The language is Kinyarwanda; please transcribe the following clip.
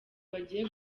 bagiye